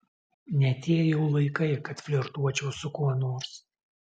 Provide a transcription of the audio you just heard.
ne tie jau laikai kad flirtuočiau su kuo nors